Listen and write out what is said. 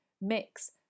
mix